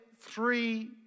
three